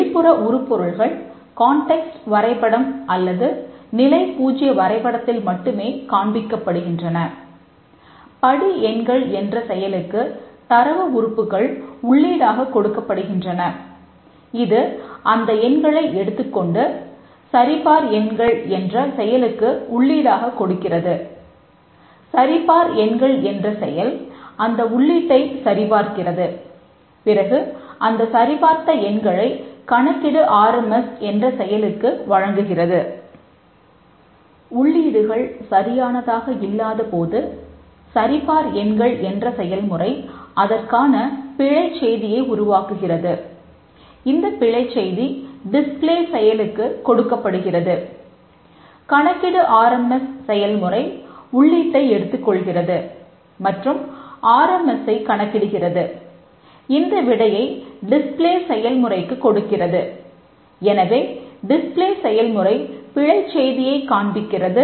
வெளிப்புற உருப்பொருள்கள் கான்டெக்ஸ்ட் விடையைக் காண்பிக்கிறது